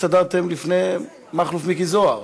הסתדרתם לפני מכלוף מיקי זוהר?